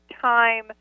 time